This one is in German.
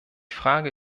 frage